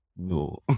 No